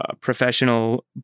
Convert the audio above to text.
professional